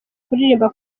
kuririmba